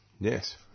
Yes